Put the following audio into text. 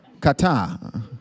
Qatar